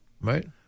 right